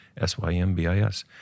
S-Y-M-B-I-S